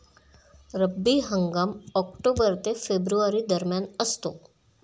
रब्बी हंगाम ऑक्टोबर ते फेब्रुवारी दरम्यान असतो